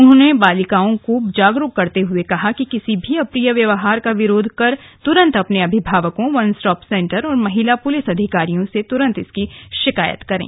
उन्होंने बालिकाओं को जागरूक करते हुए कहा कि किसी भी अप्रिय व्यवहार का विरोध कर तुरन्त अपने अभिभावकों वन स्टॉप सेंटर अथवा महिला पुलिस अधिकारियों से तुरंत इसकी शिकायत करें